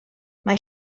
mae